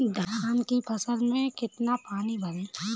धान की फसल में कितना पानी भरें?